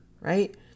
right